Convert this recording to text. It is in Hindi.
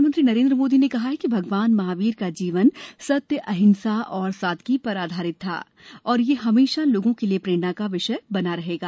प्रधानमंत्री नरेन्द्र मोदी ने कहा है कि भगवान महावीर का जीवन सत्य अहिंसा और सादगी पर आधारित था और यह हमेशा लोगों के लिए प्रेरणा का विषय बना रहेगा